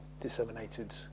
disseminated